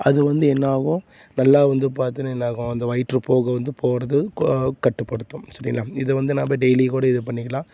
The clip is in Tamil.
அது வந்து என்னாகும் நல்லா வந்து பார்த்தின்னா என்னாகும் அந்த வயிற்றுப்போக்கு வந்து போகிறது கொ கட்டுப்படுத்தும் சரிங்களா இதை வந்து நாம் டெய்லிக்கூட இது பண்ணிக்கலாம்